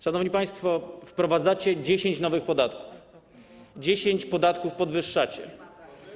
Szanowni państwo, wprowadzacie 10 nowych podatków, 10 podatków podwyższacie.